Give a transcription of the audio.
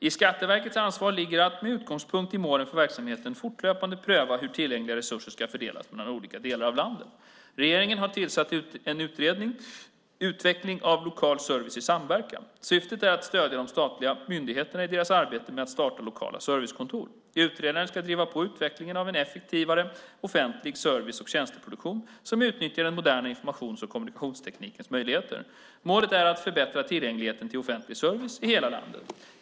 I Skatteverkets ansvar ligger att, med utgångspunkt i målen för verksamheten, fortlöpande pröva hur tillgängliga resurser ska fördelas mellan olika delar av landet. Regeringen har tillsatt en utredning om utveckling av lokal service i samverkan. Syftet är att stödja de statliga myndigheterna i deras arbete med att starta lokala servicekontor. Utredaren ska driva på utvecklingen av en effektivare offentlig service och tjänsteproduktion som utnyttjar den moderna informations och kommunikationsteknikens möjligheter. Målet är att förbättra tillgängligheten till offentlig service i hela landet.